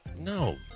No